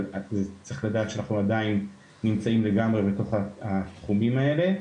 אבל צריך לדעת שאנחנו עדיין נמצאים לגמרי בתוך התחומים האלה,